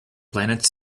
planet